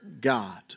God